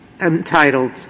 entitled